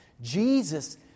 Jesus